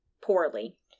poorly